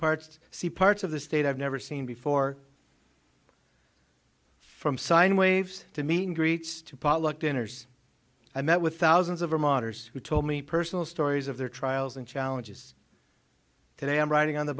parts see parts of the state i've never seen before from sine waves to meet and greets to potluck dinners i met with thousands of a modern who told me personal stories of their trials and challenges today i'm riding on the